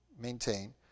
maintain